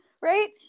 Right